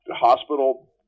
Hospital